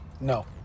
No